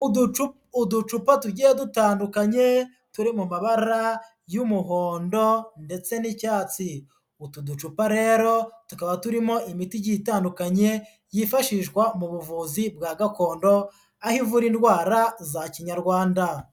Uducupa tugiye dutandukanye turi mu mabara y'umuhondo ndetse n'icyatsi, utu ducupa rero tukaba turimo imiti igiye itandukanye yifashishwa mu buvuzi bwa gakondo, aho ivura indwara za kinyarwanda.